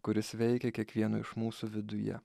kuris veikia kiekvieno iš mūsų viduje